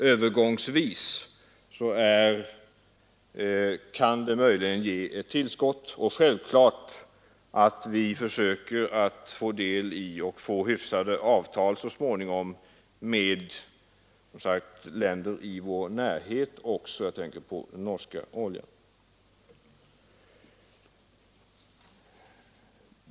Övergångsvis kan den ge ett tillskott. Och självklart bör vi så småningom försöka få hyfsade avtal också med länder i vår närhet — jag tänker främst på den norska oljan.